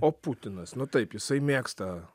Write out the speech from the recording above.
o putinas nu taip jisai mėgsta